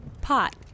Pot